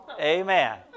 Amen